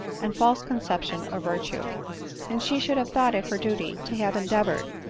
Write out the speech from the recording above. and false conception of virtue and she should have thought it her duty to have endeavored,